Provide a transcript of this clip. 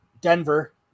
Denver